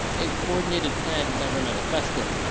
a coordinated plan never manifested.